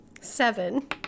Seven